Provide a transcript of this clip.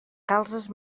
calzes